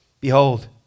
behold